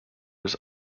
was